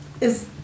is-